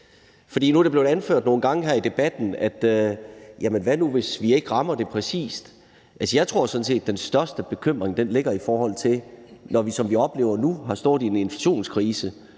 det blevet anført nogle gange her i debatten: Jamen hvad nu, hvis vi ikke rammer det præcist? Jeg tror sådan set, den største bekymring, når vi, som vi oplever nu, har stået i en inflationskrise,